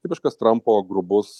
tipiškas trampo grubus